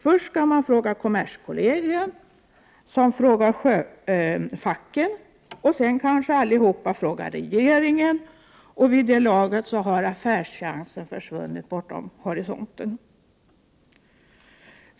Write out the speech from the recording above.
Först skall man fråga kommerskollegium, som frågar sjöfacken, och sedan kanske de allihop frågar regeringen, och vid det laget har affärschansen försvunnit bortom horisonten.